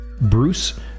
Bruce